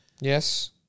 Yes